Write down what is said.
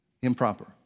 improper